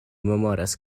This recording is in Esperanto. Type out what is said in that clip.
memoras